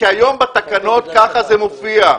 כי היום בתקנות כך זה מופיע.